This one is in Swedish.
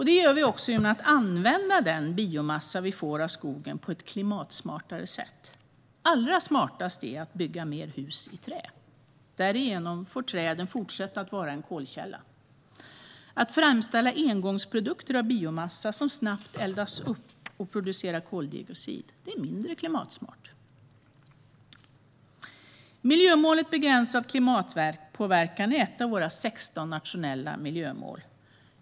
Det gör vi också genom att använda den biomassa vi får av skogen på ett klimatsmartare sätt. Allra smartast är att bygga fler hus i trä. Därigenom får träden fortsätta att vara en kolkälla. Att framställa engångsprodukter av biomassa som snabbt eldas upp och producerar koldioxid är mindre klimatsmart. Miljömålet Begränsad klimatpåverkan är ett av våra 16 nationella miljömål.